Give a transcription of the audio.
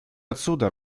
отсюда